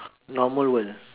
normal world